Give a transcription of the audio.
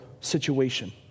situation